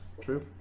True